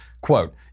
quote